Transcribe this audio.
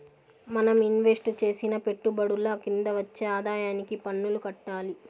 మనం ఇన్వెస్టు చేసిన పెట్టుబడుల కింద వచ్చే ఆదాయానికి పన్నులు కట్టాలి